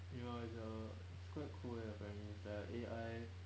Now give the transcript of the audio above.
ya it's a it's quite cool eh apparently it's like a A_I